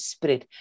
Spirit